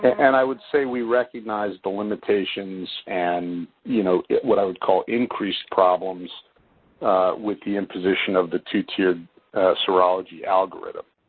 and i would say we recognize the limitations and, you know, what i would call increased problems with the imposition of the two-tiered serology algorithm.